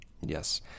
yes